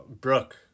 Brooke